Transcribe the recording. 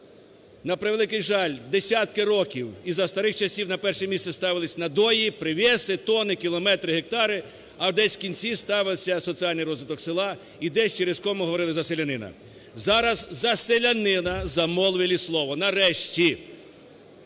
На превеликий жаль, десятки років і за старих часів на перше місце ставилися надої, "привесы", тонни, кілометри, гектари, а десь в кінці ставився соціальний розвиток села і десь через кому говорили "за селянина". Зараз за селянина замовили слово. Нарешті!